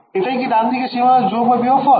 এটা কি ডানদিকের সীমানায় যোগ বা বিয়োগফল